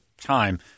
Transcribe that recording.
time –